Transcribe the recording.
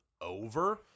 over